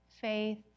faith